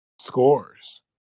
scores